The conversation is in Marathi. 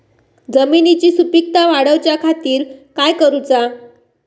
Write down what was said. जमिनीची सुपीकता वाढवच्या खातीर काय करूचा?